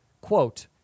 quote